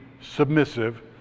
submissive